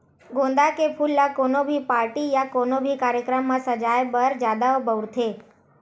गोंदा के फूल ल कोनो भी पारटी या कोनो भी कार्यकरम म सजाय बर जादा बउरथे